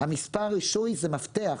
מספר הרישוי הוא מפתח.